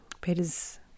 Peter's